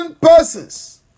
persons